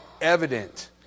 evident